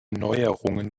neuerungen